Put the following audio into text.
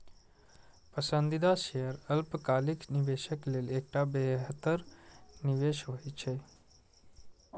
पसंदीदा शेयर अल्पकालिक निवेशक लेल एकटा बेहतर निवेश होइ छै